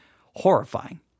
horrifying